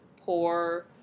poor